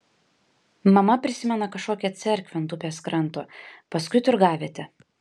mama prisimena kažkokią cerkvę ant upės kranto paskui turgavietę